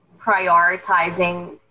prioritizing